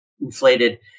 inflated